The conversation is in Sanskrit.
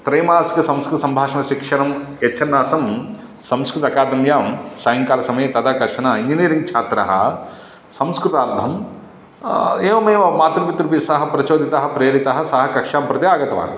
त्रैमासिकसंस्कृत संभाषणसिक्षणं यच्छन्नासं संस्कृत अकादम्यां सायङ्ग्कालसमये तदा कश्चन इञ्जिनीयरिङ्ग् छात्रः संस्कृतार्थं एवमेव मातृपितृभिस्सह प्रचोदितः प्रेरितः सः कक्षां प्रति आगतवान्